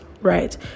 right